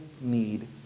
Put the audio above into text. need